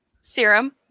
serum